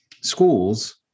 schools